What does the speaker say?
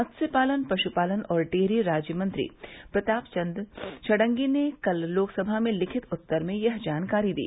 मत्स्यपालन पश् पालन और डेयरी राज्य मंत्री प्रताप चंद्र षडंगी ने कल लोकसभा में लिखित उत्तर में यह जानकारी दी